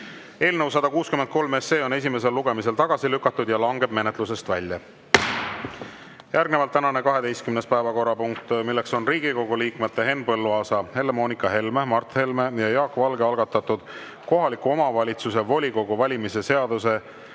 Eelnõu 163 on esimesel lugemisel tagasi lükatud ja langeb menetlusest välja. Järgnevalt tänane 12. päevakorrapunkt, milleks on Riigikogu liikmete Henn Põlluaasa, Helle-Moonika Helme, Mart Helme ja Jaak Valge algatatud kohaliku omavalitsuse volikogu valimise seaduse